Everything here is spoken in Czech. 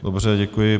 Dobře, děkuji.